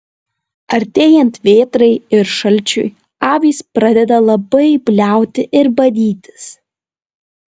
artėjant vėtrai ir šalčiui avys pradeda labai bliauti ir badytis